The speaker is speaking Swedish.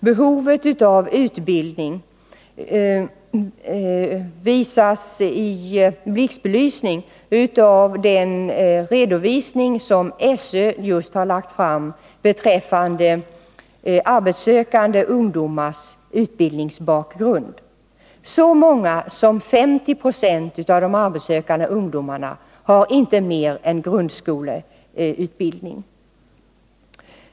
Behovet av utbildning visas i blixtbelysning av den redovisning som SÖ just har lagt fram beträffande arbetssökande ungdomars utbildningsbakgrund. Så stor andel som 50 96 av de arbetssökande ungdomarna har inte mer än grundskoleutbildning.